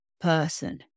person